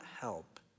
help